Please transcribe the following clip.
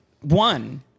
One